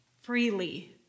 freely